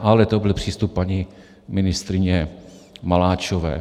Ale to byl přístup paní ministryně Maláčové.